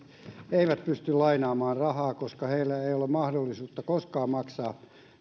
eivät pysty lainaamaan rahaa koska heillä ei ole mahdollisuutta koskaan maksaa